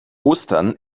ostern